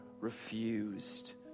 refused